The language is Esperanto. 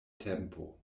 tempo